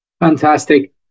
Fantastic